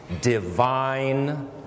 divine